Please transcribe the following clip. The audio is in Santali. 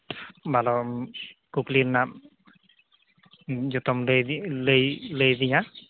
ᱵᱟᱞᱚᱢ ᱠᱩᱠᱞᱤ ᱨᱮᱭᱟᱜ ᱡᱚᱛᱚᱢ ᱞᱟᱹᱭ ᱫᱤᱧ ᱞᱟᱹᱭ ᱞᱟᱹᱭ ᱞᱟᱹᱭ ᱟᱫᱤᱧᱟᱹ